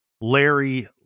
Larry